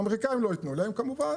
האמריקאים לא ייתנו להם כמובן,